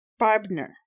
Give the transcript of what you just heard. Barbner